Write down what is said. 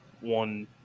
one